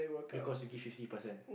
because you give fifty percent